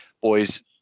Boys